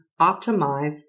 optimize